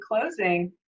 closing